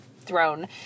throne